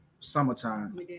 summertime